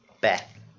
Beth